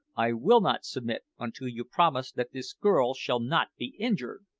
i will not submit until you promise that this girl shall not be injured!